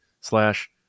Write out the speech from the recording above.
slash